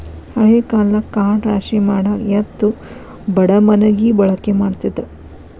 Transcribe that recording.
ಹಳೆ ಕಾಲದಾಗ ಕಾಳ ರಾಶಿಮಾಡಾಕ ಎತ್ತು ಬಡಮಣಗಿ ಬಳಕೆ ಮಾಡತಿದ್ರ